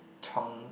Chong